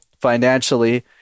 financially